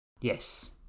Yes